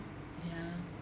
ya